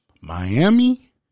Miami